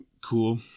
cool